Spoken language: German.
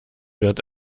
wird